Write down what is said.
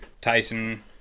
Tyson